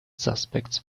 suspects